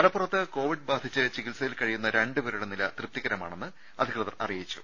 മലപ്പുറത്ത് കോവിഡ് ബാധിച്ച് ചികിത്സയിൽ കഴിയുന്ന രണ്ടുപേരുടെ നില തൃപ്തികരമാണെന്ന് അധികൃതർ അറി യിച്ചു